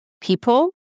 people